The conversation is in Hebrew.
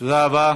תודה רבה.